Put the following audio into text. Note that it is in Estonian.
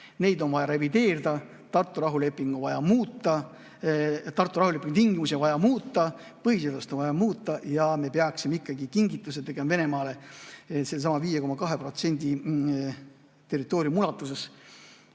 neid on vaja revideerida, Tartu rahulepingut on vaja muuta, Tartu rahulepingu tingimusi on vaja muuta, põhiseadust on vaja muuta ja me peaksime ikkagi kingituse tegema Venemaale sellesama 5,2% territooriumi ulatuses.